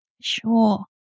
Sure